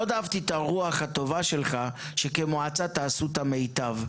מאוד אהבתי את הרוח הטובה שלך שכמועצה תעשו את המיטב.